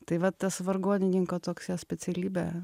tai vat tas vargonininko toks jo specialybė